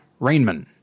Rainman